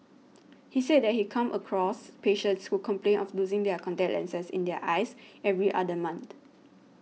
he said that he comes across patients who complain of losing their contact lenses in their eyes every other month